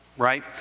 Right